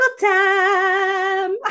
time